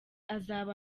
azaba